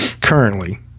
currently